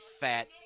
fat